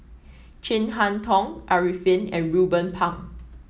Chin Harn Tong Arifin and Ruben Pang